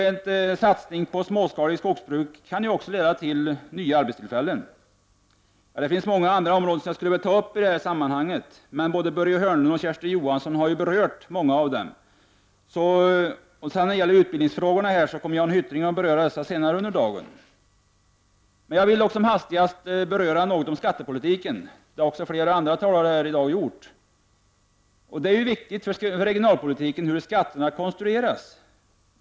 En satsning på småskaligt skogsbruk kan också leda till nya arbetstillfällen. Det finns många andra områden som jag skulle vilja diskutera i det här sammanhanget, men både Börje Hörnlund och Kersti Johansson har ju redan berört många av dessa. Utbildningfrågorna kommer Jan Hyttring att beröra senare under dagen. Jag vill dock som hastigast säga något om skattepolitiken, vilket också flera andra gjort. Det är ju viktigt för regionalpolitiken hur vi konstruerar skatterna.